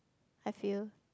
I feel